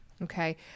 Okay